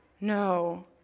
No